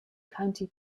county